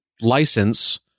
license